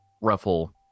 ruffle